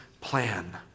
plan